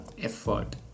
effort